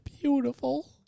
beautiful